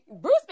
Bruce